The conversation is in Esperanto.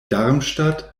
darmstadt